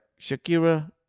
Shakira